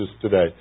today